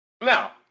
Now